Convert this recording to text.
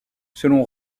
selon